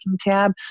tab